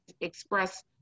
express